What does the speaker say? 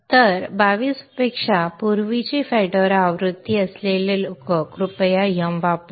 तर 22 पेक्षा पूर्वीची fedora आवृत्ती असलेले लोक कृपया yum वापरा